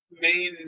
main